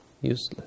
useless